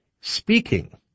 speaking